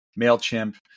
MailChimp